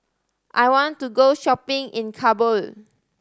I want to go shopping in Kabul